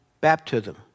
baptism